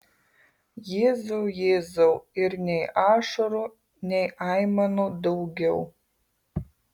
jėzau jėzau ir nei ašarų nei aimanų daugiau